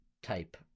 Type